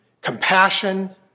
compassion